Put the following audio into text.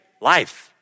life